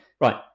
right